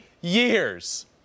years